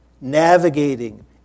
navigating